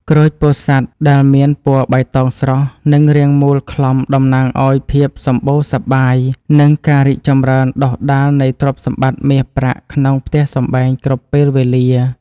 ក្រូចពោធិ៍សាត់ដែលមានពណ៌បៃតងស្រស់និងរាងមូលក្លំតំណាងឱ្យភាពសម្បូរសប្បាយ និង ការរីកចម្រើនដុះដាលនៃទ្រព្យសម្បត្តិមាសប្រាក់ក្នុងផ្ទះសម្បែងគ្រប់ពេលវេលា។